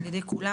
ע"י כולם,